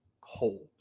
cold